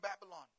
Babylon